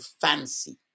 fancy